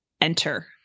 enter